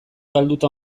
galduta